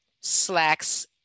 slacks